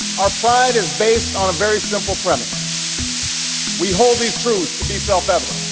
our pride is based on a very simple premise we hold these truths to be self-evident,